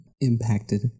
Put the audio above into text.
impacted